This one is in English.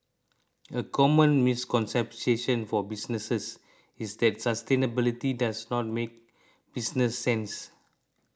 a common misconception for businesses is that sustainability does not make business sense